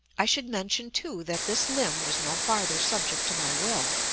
i should mention, too, that this limb was no farther subject to my will.